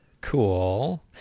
cool